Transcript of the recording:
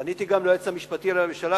פניתי גם ליועץ המשפטי לממשלה,